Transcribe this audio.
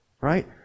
right